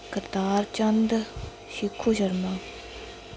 Kartar Chand Shikhu Sharma